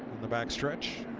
the backstretch.